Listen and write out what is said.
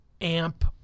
amp